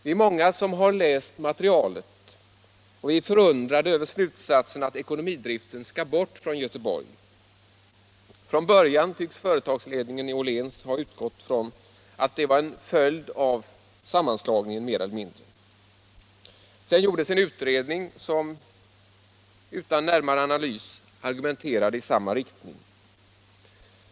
Vi är många som har läst materialet i denna fråga, och vi är förundrade över slutsatsen att ekonomidriften skall bort från Göteborg. Från början tycks företagsledningen i Åhléns ha utgått från att flyttningen mer eller mindre var en följd av sammanslagningen. Sedan gjordes en utredning som utan närmare analys argumenterade i samma riktning.